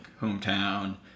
hometown